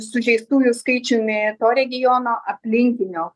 sužeistųjų skaičiumi to regiono aplinkinio